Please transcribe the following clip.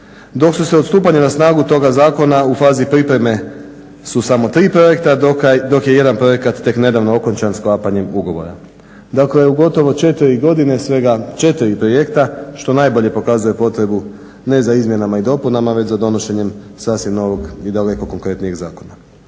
dok su se odstupanja na snagu toga zakona u fazi pripreme su samo tri projekta dok je jedan projekat tek nedavno okončan sklapanjem ugovora. Dakle, u gotovo 4 godine svega 4 projekta što najbolje pokazuje potrebu ne za izmjenama i dopunama već za donošenjem sasvim novog i daleko konkretnijeg zakona.